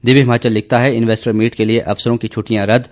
दिव्य हिमाचल लिखता है investor meet के लिए अफसरों की छुटि्टयां रद्द